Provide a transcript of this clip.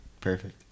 Perfect